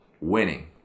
winning